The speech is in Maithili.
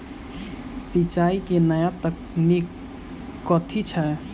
सिंचाई केँ नया तकनीक कथी छै?